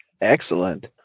Excellent